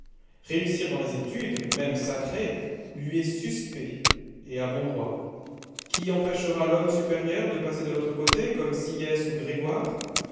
réussir dans les études même sacrées lui est suspect et à bon droit qui empêchera l'homme supérieur de passer de l'autre côté comme sieyès ou grégoire